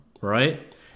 right